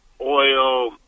oil